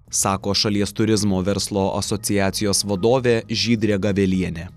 sako šalies turizmo verslo asociacijos vadovė žydrė gavelienė